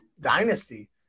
dynasty